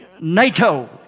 NATO